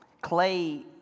clay